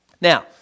Now